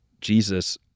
Jesus